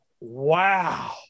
wow